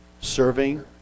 Serving